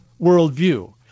worldview